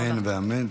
אמן ואמן.